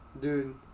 Dude